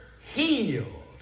healed